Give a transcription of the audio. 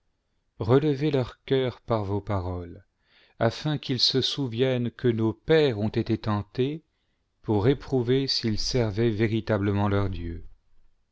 relevez leur cœur par vos paroles afin qu'ils se souviennent que nos pères ont été tentés pour éprouver s'ils servaient véritablement leur dieu